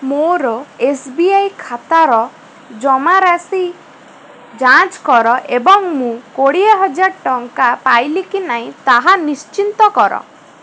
ମୋର S B I ଖାତାର ଜମାରାଶି ଯାଞ୍ଚ କର ଏବଂ ମୁଁ କୋଡ଼ିଏହଜାର ଟଙ୍କା ପାଇଲି କି ନାହିଁ ତାହା ନିଶ୍ଚିନ୍ତ କର